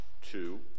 two